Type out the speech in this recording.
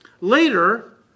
Later